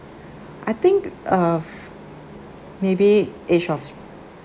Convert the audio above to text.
I think uh maybe age of